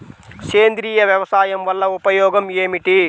సేంద్రీయ వ్యవసాయం వల్ల ఉపయోగం ఏమిటి?